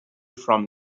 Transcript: from